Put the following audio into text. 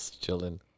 chilling